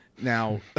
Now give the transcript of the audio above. Now